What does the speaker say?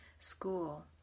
school